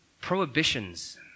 prohibitions